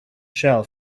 shell